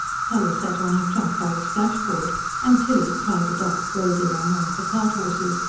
polly sat on her trunk by the splashboard and tilly, crowded out, rode in on one of the cart-horses,